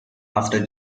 after